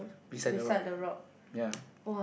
beside the road ya